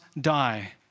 die